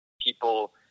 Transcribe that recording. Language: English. people